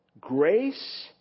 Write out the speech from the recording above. grace